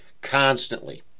constantly